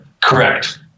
correct